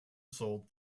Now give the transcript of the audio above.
sold